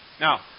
Now